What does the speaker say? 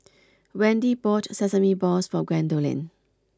Wendy bought Sesame Balls for Gwendolyn